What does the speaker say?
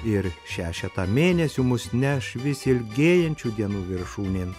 ir šešetą mėnesių mus neš vis ilgėjančių dienų viršūnėn